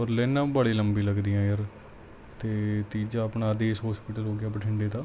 ਪਰ ਲਾਈਨਾਂ ਬਾਲੀ ਲੰਬੀਆਂ ਲੱਗਦੀਆਂ ਹੈ ਯਾਰ ਅਤੇ ਤੀਜਾ ਆਪਣਾ ਅਦੇਸ਼ ਹੋਸਪਿਟਲ ਹੋ ਗਿਆ ਬਠਿੰਡੇ ਦਾ